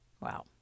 Wow